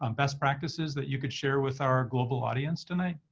um best practices that you could share with our global audience tonight?